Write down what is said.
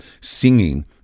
singing